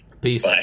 Peace